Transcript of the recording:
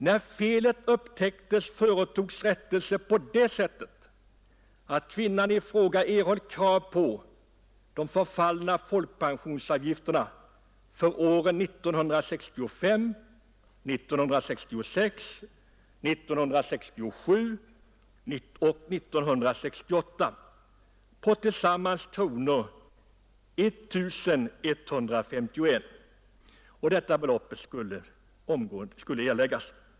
När felet upptäcktes företogs rättelse på det sättet att kvinnan fick ett krav på de förfallna folkpensionsavgifterna för åren 1965, 1966, 1967 och 1968, tillsammans 1 151 kronor. Detta belopp skulle erläggas.